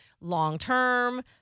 long-term